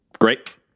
Great